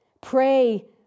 Pray